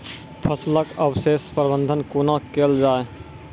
फसलक अवशेषक प्रबंधन कूना केल जाये?